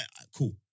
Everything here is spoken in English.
Cool